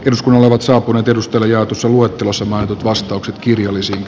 eduskunnalle vatsa oli tiedustelijaatussa luettelossa montut vastaukset kivi olisi